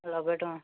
ନବେ ଟଙ୍କା